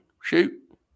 Shoot